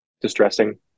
distressing